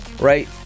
right